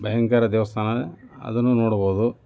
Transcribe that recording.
ಭಯಂಕರ ದೇವಸ್ಥಾನ ಅದನ್ನೂ ನೋಡ್ಬೋದು